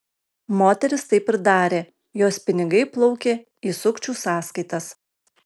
moteris taip ir darė jos pinigai plaukė į sukčių sąskaitas